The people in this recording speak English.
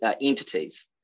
entities